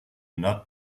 not